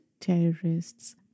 terrorists